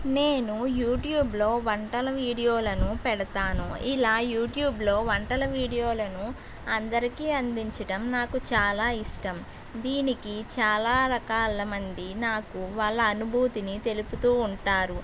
నేను యూట్యూబ్లో వంటల వీడియోలను పెడతాను ఇలా యూట్యూబ్లో వంటల వీడియోలను అందరికి అందించడం నాకు చాలా ఇష్టం దీనికి చాలా రకాల మంది నాకు వాళ్ళ అనుభూతిని తెలుపుతూ ఉంటారు